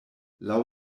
laŭ